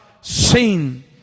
seen